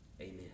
Amen